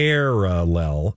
Parallel